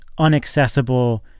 unaccessible